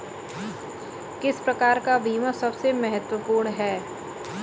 किस प्रकार का बीमा सबसे महत्वपूर्ण है?